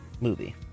movie